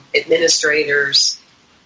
administrators